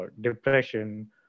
depression